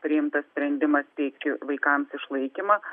priimtas sprendimas teikti vaikams išlaikymą